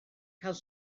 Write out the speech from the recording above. cael